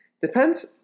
Depends